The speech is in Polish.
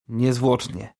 niezwłocznie